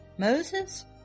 Moses